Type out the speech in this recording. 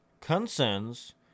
concerns